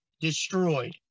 destroyed